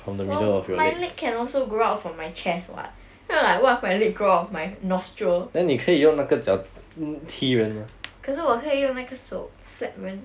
from my legs can also grow out from my chest [what] not like what if my leg grow out of my nostril 可是我可以用那个手 slap 人